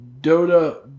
Dota